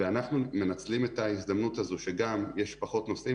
ואנחנו מנצלים את ההזדמנות הזו שגם יש פחות נוסעים